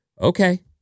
Okay